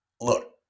look